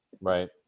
Right